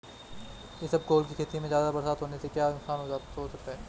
इसबगोल की खेती में ज़्यादा बरसात होने से क्या नुकसान हो सकता है?